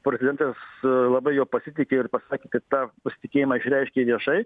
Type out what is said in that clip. portretas labai juo pasitiki ir pasakė kad tą pasitikėjimą išreiškė viešai